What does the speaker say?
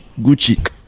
Gucci